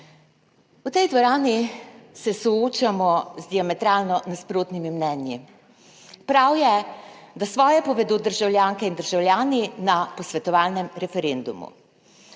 V tej dvorani se soočamo z diametralno nasprotnimi mnenji. Prav je, da svoje povedo državljanke in državljani na posvetovalnem referendumu.